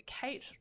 kate